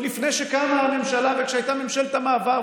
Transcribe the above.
לפני שקמה הממשלה וכשהייתה ממשלת המעבר.